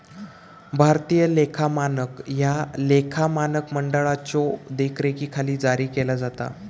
भारतीय लेखा मानक ह्या लेखा मानक मंडळाच्यो देखरेखीखाली जारी केला जाता